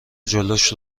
جلوش